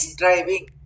driving